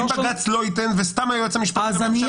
ואם בג"ץ לא ייתן והיועץ המשפטי לממשלה